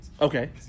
Okay